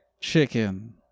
chicken